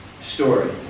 story